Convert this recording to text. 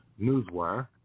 Newswire